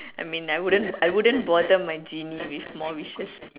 I mean I wouldn't I wouldn't bother my genie with more wishes